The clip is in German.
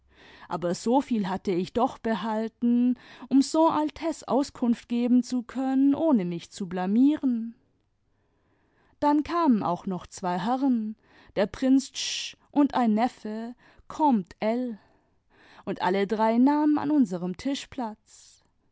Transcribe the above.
aber soviel hatte ich doch behalten um son altesse auskunft geben zu können ohne mich zu blamieren dann kamen auch noch zwei herren der prinz tch und ein neffe comte l und alle drei nahmen an unserem tisch platz